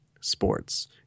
Sports